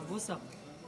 מר בוסו?